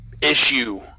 issue